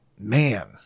man